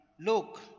Look